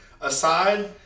aside